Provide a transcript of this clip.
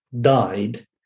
died